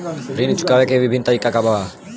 ऋण चुकावे के विभिन्न तरीका का बा?